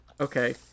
Okay